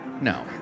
No